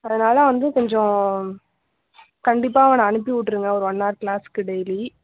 அதனால வந்து கொஞ்சம் கண்டிப்பாக அவனை அனுப்பி விட்ருங்க ஒரு ஒன் ஹவர் கிளாஸ்க்கு டெய்லி